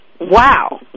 Wow